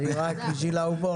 ח'יר,